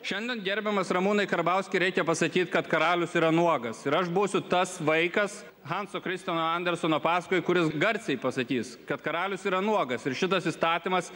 šiandien gerbiamas ramūnai karbauski reikia pasakyt kad karalius yra nuogas ir aš būsiu tas vaikas hanso kristiano anderseno pasakoj kuris garsiai pasakys kad karalius yra nuogas ir šitas įstatymas